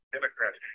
Democrats